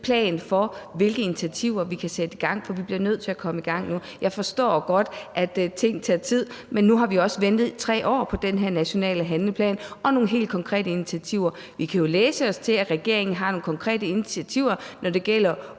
plan for, hvilke initiativer vi kan sætte i gang, for vi bliver nødt til at komme i gang nu. Jeg forstår godt, at ting tager tid, men nu har vi også ventet i 3 år på den her nationale handleplan og nogle helt konkrete initiativer. Vi kan jo læse os til, at regeringen har nogle konkrete initiativer, når det gælder